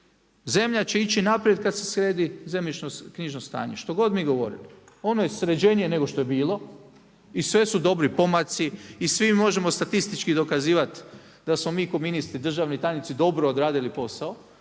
Zemlja će ići naprijed kada se sredi zemljišno-knjižno stanje što god mi govorili. Ono je sređenije nego što je bilo i sve su dobri pomaci i svi možemo statistički dokazivati da smo mi ko ministri, državni tajnici dobro odradili posao,